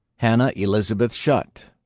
hannah elizabeth shutt,